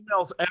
Emails